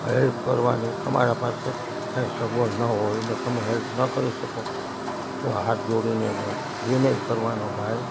help કરવાની તમારા પાસે કંઈ સગવડ ન હોય ને તમે હેલ્પ ન કરી શકો તો હાથ જોડીને એને વિનય કરવાનો ભાઈ